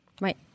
Right